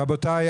רבותיי,